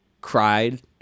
cried